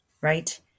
right